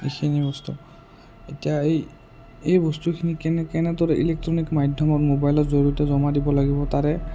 এইখিনি বস্তু এতিয়া এই এই বস্তুখিনি কেনে কেনেদৰে ইলেক্ট্ৰনিক মাধ্যমত ম'বাইলৰ জৰিয়তে জমা দিব লাগিব তাৰে